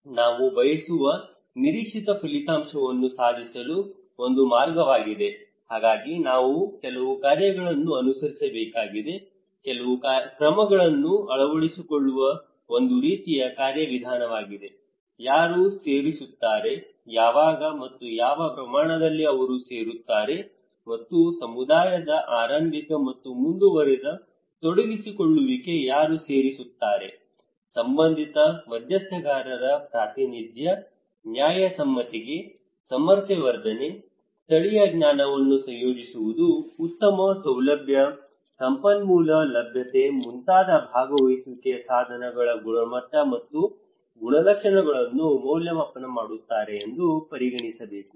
ನಾನು ಬಯಸುವ ನಿರೀಕ್ಷಿತ ಫಲಿತಾಂಶವನ್ನು ಸಾಧಿಸಲು ಇದು ಒಂದು ಮಾರ್ಗವಾಗಿದೆ ಹಾಗಾಗಿ ನಾನು ಕೆಲವು ಕಾರ್ಯಗಳನ್ನು ಅನುಸರಿಸಬೇಕಾಗಿದೆ ಕೆಲವು ಕ್ರಮಗಳನ್ನು ಅಳವಡಿಸಿಕೊಳ್ಳುವ ಒಂದು ರೀತಿಯ ಕಾರ್ಯವಿಧಾನವಾಗಿದೆ ಯಾರು ಸೇರಿಸುತ್ತಾರೆ ಯಾವಾಗ ಮತ್ತು ಯಾವ ಪ್ರಮಾಣದಲ್ಲಿ ಅವರು ಸೇರುತ್ತಾರೆ ಮತ್ತು ಸಮುದಾಯದ ಆರಂಭಿಕ ಮತ್ತು ಮುಂದುವರಿದ ತೊಡಗಿಸಿಕೊಳ್ಳುವಿಕೆ ಯಾರು ಸೇರಿಸುತ್ತಾರೆ ಸಂಬಂಧಿತ ಮಧ್ಯಸ್ಥಗಾರರ ಪ್ರಾತಿನಿಧ್ಯ ನ್ಯಾಯಸಮ್ಮತತೆ ಸಾಮರ್ಥ್ಯ ವರ್ಧನೆ ಸ್ಥಳೀಯ ಜ್ಞಾನವನ್ನು ಸಂಯೋಜಿಸುವುದು ಉತ್ತಮ ಸೌಲಭ್ಯ ಸಂಪನ್ಮೂಲ ಲಭ್ಯತೆ ಮುಂತಾದ ಭಾಗವಹಿಸುವಿಕೆಯ ಸಾಧನಗಳ ಗುಣಮಟ್ಟ ಮತ್ತು ಗುಣಲಕ್ಷಣಗಳನ್ನು ಮೌಲ್ಯಮಾಪನ ಮಾಡುತ್ತಾರೆ ಎಂದು ಪರಿಗಣಿಸಬೇಕು